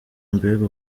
mbega